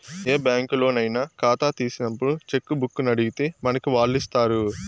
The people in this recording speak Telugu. ఏ బ్యాంకులోనయినా కాతా తీసినప్పుడు చెక్కుబుక్కునడిగితే మనకి వాల్లిస్తారు